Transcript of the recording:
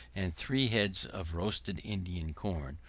and three heads of roasted indian corn,